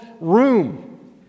room